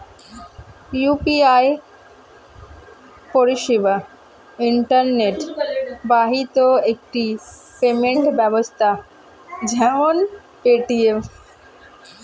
UPI পরিষেবা internet বাহিত একটি পেমেন্ট ব্যবস্থা যেমন পেটিএম